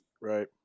Right